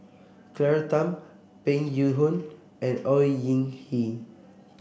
Claire Tham Peng Yuyun and Au Hing Yee